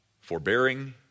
forbearing